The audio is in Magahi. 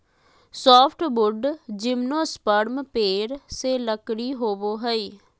सॉफ्टवुड जिम्नोस्पर्म पेड़ से लकड़ी होबो हइ